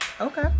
Okay